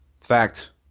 fact